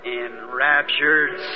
enraptured